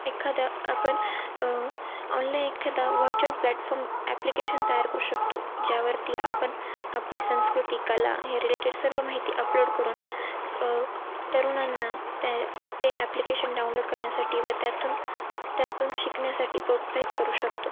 एखादा आपण ऑनलाईन एखादा व्हर्च्युअल प्लॅटफॉर्म ॲप्लिकेशन तयार करू शकतो ज्यावरती आपण आपली संस्कृती कला हे रिलेटेड सर्व माहिती अपलोड करून तरुणांना त्या ते ॲप्लिकेशन डाउनलोड करण्यासाठी व त्यातून त्यातून शिकण्यासाठी प्रोत्साहित करू शकतो